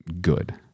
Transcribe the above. good